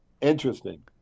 interesting